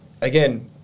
again